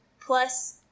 Plus